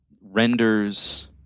renders